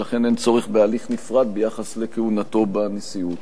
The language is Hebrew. ולכן אין צורך בהליך נפרד ביחס לכהונתו בנשיאות.